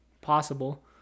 possible